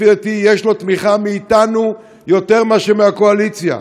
לפי דעתי יש לו תמיכה מאתנו יותר מאשר מהקואליציה.